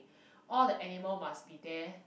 all the animal must be there